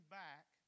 back